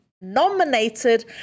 nominated